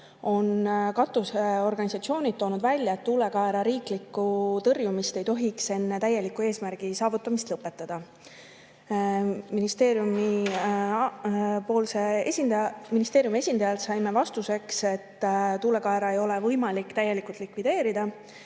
katusorganisatsioonid on toonud välja, et tuulekaera riiklikku tõrjumist ei tohiks enne eesmärgi täielikku saavutamist lõpetada. Ministeeriumi esindajalt saime vastuseks, et tuulekaera ei ole võimalik täielikult likvideerida.